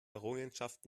errungenschaft